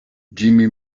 jimmy